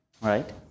right